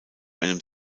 einem